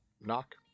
knock